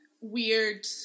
weird